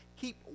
keep